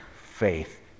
faith